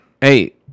hey